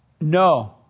No